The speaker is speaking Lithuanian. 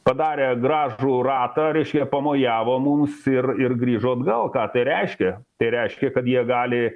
padarę gražų ratąreiškia pamojavo mums ir ir grįžo atgal ką tai reiškia tai reiškia kad jie gali